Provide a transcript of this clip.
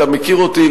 אתה מכיר אותי,